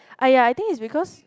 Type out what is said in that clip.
!aiya! I think it's because